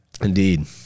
indeed